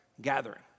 Gathering